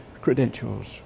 credentials